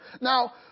Now